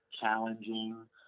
challenging